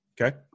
Okay